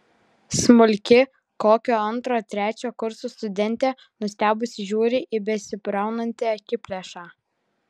smulki kokio antro trečio kurso studentė nustebusi žiūri į besibraunantį akiplėšą